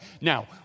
Now